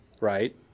right